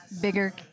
bigger